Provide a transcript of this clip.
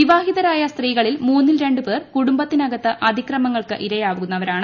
വിവാഹിതരായ സ്ത്രീകളിൽ മൂന്നിൽ രണ്ട് പേർ കുടുംബത്തിനകത്ത് അതിക്രമങ്ങൾക്ക് ഇരയാകുന്നവരാണ്